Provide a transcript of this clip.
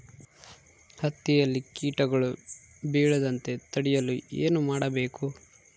ಹತ್ತಿಯಲ್ಲಿ ಕೇಟಗಳು ಬೇಳದಂತೆ ತಡೆಯಲು ಏನು ಮಾಡಬೇಕು?